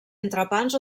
entrepans